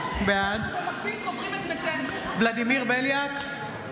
בעד ולדימיר בליאק,